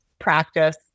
Practice